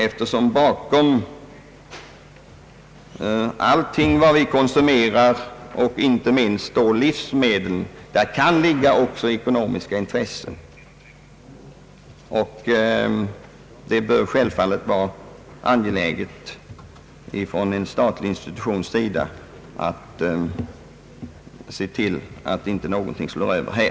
Så brukar vara fallet med allt vi konsumerar, inte minst då livsmedel. För en statlig institution bör det självklart vara angeläget att se till att inte någonting sådant förekommer.